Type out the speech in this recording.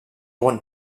want